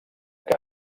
que